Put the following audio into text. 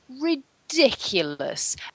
ridiculous